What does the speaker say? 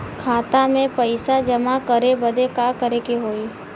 खाता मे पैसा जमा करे बदे का करे के होई?